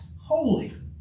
holy